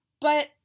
But-